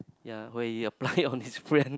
yea why do you apply on this friends